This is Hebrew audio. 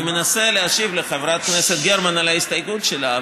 אני מנסה להשיב לחברת הכנסת גרמן על ההסתייגות שלה,